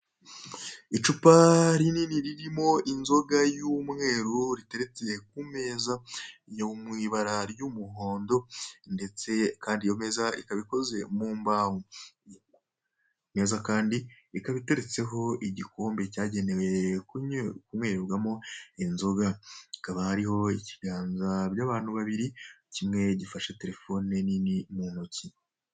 Icupa rinini ririmo inzoga y'umweru ritetse ku meza yo mu ibara ry'umuhondo ndetse kandi iyo meza ikaba ikoze mu mbaho. Iyo meza kandi ikaba iteretseho igikombe cyagenewe kunyererwamo inzoga. Hakaba hariho ibiganza by'abantu babiri, kimwe gifashe telefone nini mu ntoki.